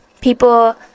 People